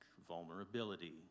vulnerability